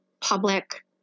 public